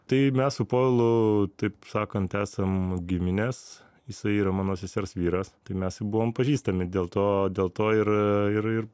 tai mes su povilu taip sakant esam giminės jisai yra mano sesers vyras tai mes i buvom pažįstami dėl to dėl to ir ir ir